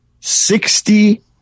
Sixty